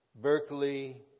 Berkeley